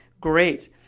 great